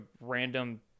random